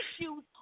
issues